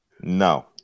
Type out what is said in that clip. No